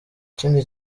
ikindi